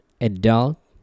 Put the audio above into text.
adult